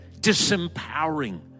disempowering